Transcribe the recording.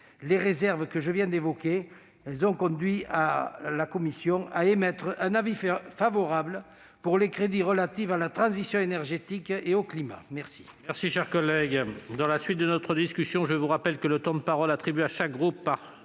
les réserves que je viens d'évoquer, ont conduit la commission à émettre un avis favorable sur les crédits relatifs à la transition énergétique et au climat. Mes